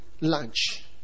lunch